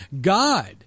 God